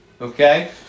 Okay